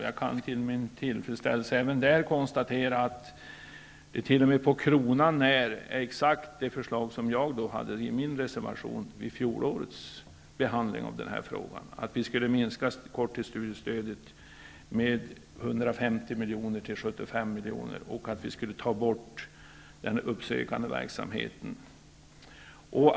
Jag kan till min tillfredsställelse konstatera att det t.o.m. på kronan när är exakt det förslag som jag hade lagt fram i min reservation vid fjolårets behandling av den här frågan -- att vi skulle minska korttidsstudiestödet med 150 milj.kr. till 75 milj.kr., och att vi skulle ta bort den uppsökande verksamheten.